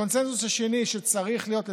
הקונסנזוס השני שצריך להיות,